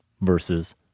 versus